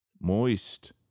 moist